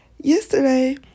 yesterday